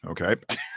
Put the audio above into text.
okay